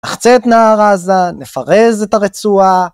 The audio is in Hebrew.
נחצה את נהר עזה, נפרז את הרצועה.